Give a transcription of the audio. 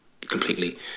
completely